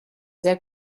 sehr